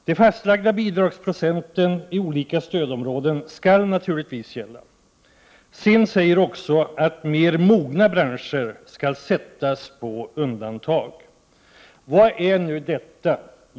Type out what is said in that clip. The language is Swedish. De fastlagda bidragsprocenten i olika stödområden skall naturligtvis gälla. SIND säger också att mer mogna branscher skall sättas på undantag. Vad är nu detta?